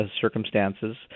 circumstances